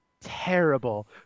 terrible